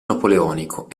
napoleonico